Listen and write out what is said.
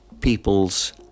people's